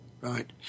Right